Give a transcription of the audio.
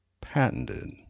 patented